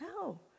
No